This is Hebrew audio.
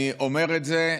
אני אומר את זה.